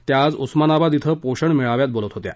त्या आज उस्मानाबाद क्वं पोषण मेळाव्यात बोलत होत्या